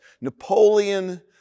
Napoleon